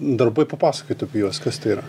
darbai papasakokit apie juos kas tai yra